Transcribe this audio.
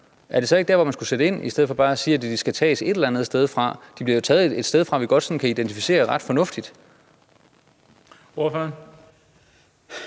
er det der, hvor man skulle sætte ind, i stedet for bare at sige, at de skal tages et eller andet sted fra? De bliver jo taget et sted fra, som vi godt sådan kan identificere ret fornuftigt. Kl.